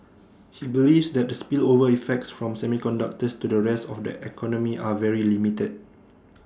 he believes that the spillover effects from semiconductors to the rest of the economy are very limited